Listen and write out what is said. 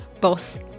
boss